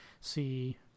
see